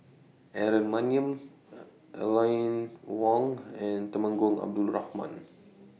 Aaron Maniam Aline Wong and Temenggong Abdul Rahman